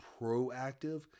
proactive